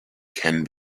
can